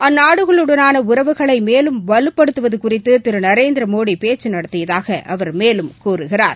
அந்நாடுகளுடனான உறவுகளை மேலும் வலுப்படுத்துவது குறித்து திரு நரேந்திரமோடி பேக்க நடத்தியதாக அவர் மேலும் கூறுகிறார்